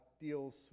deals